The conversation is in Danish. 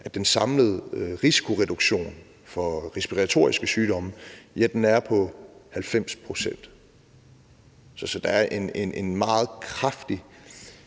at den samlede risikoreduktion for respiratoriske sygdomme er på 90 pct. Så der er en meget kraftig